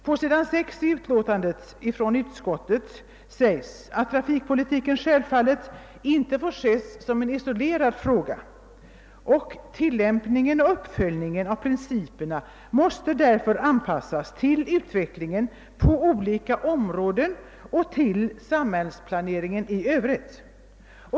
På s. 6 i utskottets utlåtande sägs det att trafikpolitiken självfallet inte får ses som en isolerad fråga och att tillämpningen och uppföljningen av principerna därför måste anpassas till utvecklingen på olika områden och till samhällsplaneringen i övrigt.